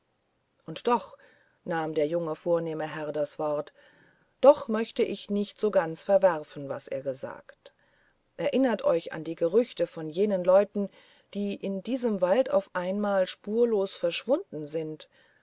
und doch nahm der junge vornehme herr das wort doch möchte ich nicht so ganz verwerfen was er gesagt erinnert euch an die gerüchte von jenen leuten die in diesem wald auf einmal spurlos verschwunden sind